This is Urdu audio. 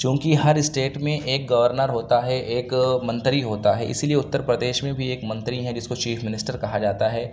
چوں کہ ہر اسٹیٹ میں ایک گورنر ہوتا ہے ایک منتری ہوتا ہے اِسی لیے اُتر پردیش میں بھی ایک منتری ہیں جس کو چیف منسٹر کہا جاتا ہے